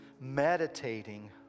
meditating